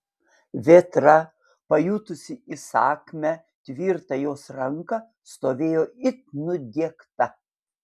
vėtra pajutusi įsakmią tvirtą jos ranką stovėjo it nudiegta